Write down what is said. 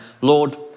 Lord